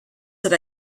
that